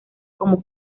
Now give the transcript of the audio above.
como